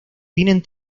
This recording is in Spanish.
tienen